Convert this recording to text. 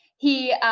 he,